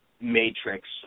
matrix